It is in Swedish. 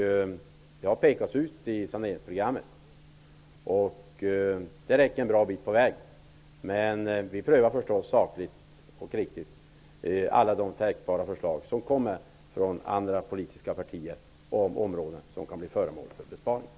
Jag har pekat ut dem i saneringsprogrammet. De räcker en bra bit på vägen. Men när det gäller områden som kan bli föremål för besparingar prövar vi förstås sakligt alla förslag som kommer från de politiska partierna.